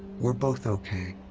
we're both okay.